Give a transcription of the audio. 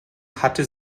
hatte